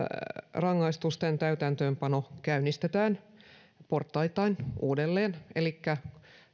rangaistusten täytäntöönpano käynnistetään portaittain uudelleen elikkä